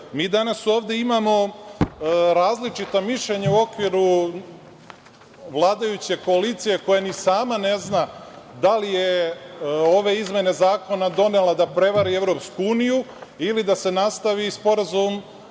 danas ovde imamo različita mišljenja u okviru vladajuće koalicije, koja ni sama ne zna da li je ove izmene zakona donela da prevari EU ili da se nastavi SSP